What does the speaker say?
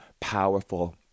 powerful